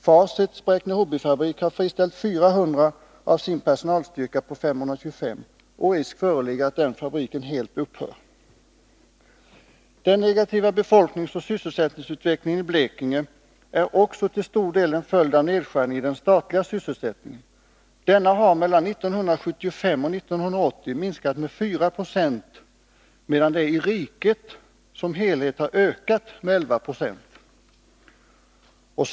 Facits Bräkne-Hoby-fabrik har friställt 400 av sin personalstyrka på 525, och risk föreligger att fabriken helt upphör. Den negativa befolkningsoch sysselsättningsutvecklingen i Blekinge är också till stor del en följd av nedskärningen i den statliga sysselsättningen. Denna har mellan 1975 och 1980 minskat med 4 96 medan den i riket som helhet ökat med 11 960.